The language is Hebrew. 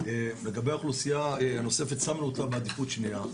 לגבי האוכלוסייה הנוספת שמנו אותה בעדיפות שנייה,